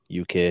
UK